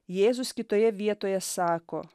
jėzus kitoje vietoje sako